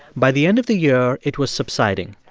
by the end of the year, it was subsiding.